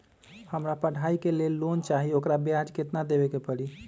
हमरा पढ़ाई के लेल लोन चाहि, ओकर ब्याज केतना दबे के परी?